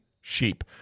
sheep